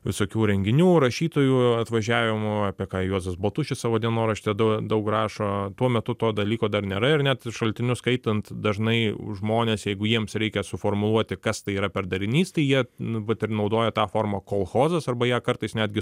visokių renginių rašytojų atvažiavimų apie ką juozas baltušis savo dienoraštyje da daug rašo tuo metu to dalyko dar nėra ir net šaltinius skaitant dažnai žmonės jeigu jiems reikia suformuluoti kas tai yra per darinys tai jie nu vat ir naudoja tą formą kolchozas arba ją kartais netgi